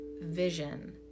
vision